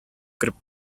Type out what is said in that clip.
кереп